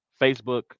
Facebook